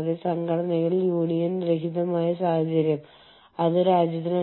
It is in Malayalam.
അത് ചെയ്യുന്നതിനുള്ള മറ്റൊരു മാർഗം